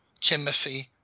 Timothy